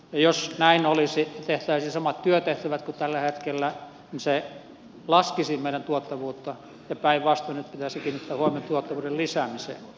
jos näin olisi ja tehtäisiin samat työtehtävät kuin tällä hetkellä se laskisi meidän tuottavuutta ja päinvastoin nyt pitäisi kiinnittää huomiota tuottavuuden lisäämiseen